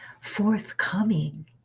forthcoming